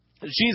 Jesus